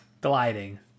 gliding